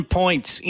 points